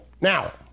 Now